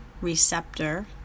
receptor